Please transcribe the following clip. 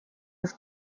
was